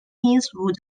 kingswood